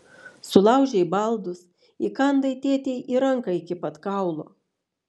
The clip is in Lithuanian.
sulaužei baldus įkandai tėtei į ranką iki pat kaulo